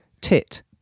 Tit